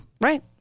Right